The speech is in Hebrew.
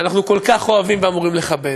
שאנחנו כל כך אוהבים ואמורים לכבד,